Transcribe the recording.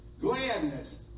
gladness